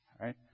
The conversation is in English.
Right